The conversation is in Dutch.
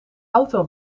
auto